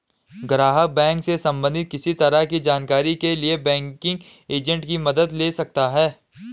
ग्राहक बैंक से सबंधित किसी तरह की जानकारी के लिए बैंकिंग एजेंट की मदद ले सकता है